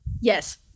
Yes